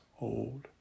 old